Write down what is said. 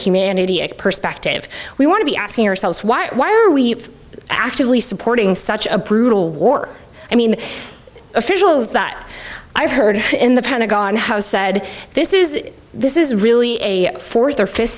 humanity a perspective we want to be asking ourselves why why are we actively supporting such a brutal war i mean officials that i've heard in the pentagon has said this is this is really a fourth or fifth